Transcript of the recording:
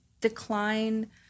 decline